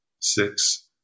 six